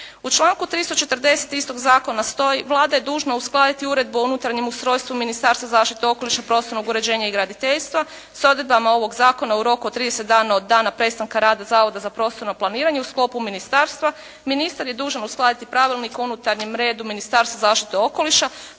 U članku 340. istog zakona stoji Vlada je dužna uskladiti uredbu o unutarnjem ustrojstvu Ministarstva zaštite okoliša, prostornog uređenja i graditeljstva s odredbama ovog zakona u roku od 30 dana od dana prestanka rada Zavoda za prostorno planiranje u sklopu ministarstva, ministar je dužan uskladiti pravilnik o unutarnjem redu Ministarstva zaštite okoliša,